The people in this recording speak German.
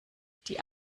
die